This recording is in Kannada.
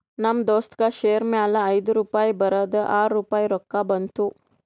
ನಮ್ ದೋಸ್ತಗ್ ಶೇರ್ ಮ್ಯಾಲ ಐಯ್ದು ರುಪಾಯಿ ಬರದ್ ಆರ್ ರುಪಾಯಿ ರೊಕ್ಕಾ ಬಂತು